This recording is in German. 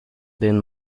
denen